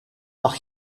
mag